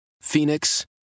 Phoenix